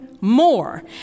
more